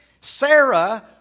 Sarah